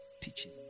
teaching